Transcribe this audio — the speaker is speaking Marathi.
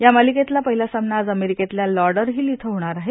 या मालिकेतला पहिला सामना आज अमेरिकेतल्या लाडरहिल इथं होणार आहे